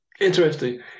Interesting